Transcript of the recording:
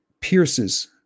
pierces